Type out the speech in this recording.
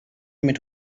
mit